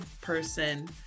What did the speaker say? person